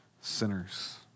sinners